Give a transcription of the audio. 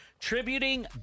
tributing